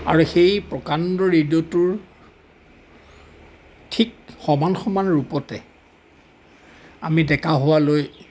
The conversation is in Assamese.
আৰু সেই প্ৰকাণ্ড ৰেডিঅ'টোৰ ঠিক সমান সমান ৰূপতে আমি ডেকা হোৱালৈ